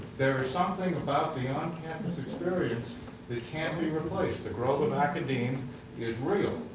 there is something about the on-campus experience that can't be replaced. the growth of academe is real.